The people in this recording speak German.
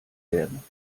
werden